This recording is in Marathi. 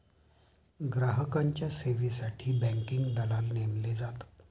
ग्राहकांच्या सेवेसाठी बँकिंग दलाल नेमले जातात